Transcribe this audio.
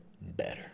better